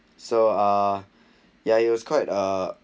so ah yeah it was quite ah